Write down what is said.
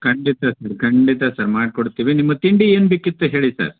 ಖಂಡಿತ ಸರ್ ಖಂಡಿತ ಸರ್ ಮಾಡಿಕೊಡ್ತಿವಿ ನಿಮ್ಮ ತಿಂಡಿ ಏನು ಬೇಕಿತ್ತು ಹೇಳಿ ಸರ್